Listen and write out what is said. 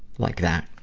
like that?